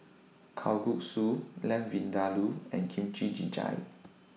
Kalguksu Lamb Vindaloo and Kimchi Jjigae